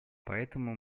поэтому